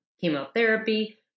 chemotherapy